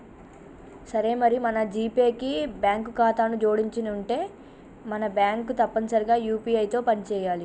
సరే మరి మన జీపే కి బ్యాంకు ఖాతాను జోడించనుంటే మన బ్యాంకు తప్పనిసరిగా యూ.పీ.ఐ తో పని చేయాలి